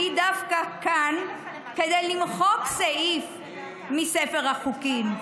אני דווקא כאן כדי למחוק סעיף מספר החוקים.